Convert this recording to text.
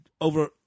over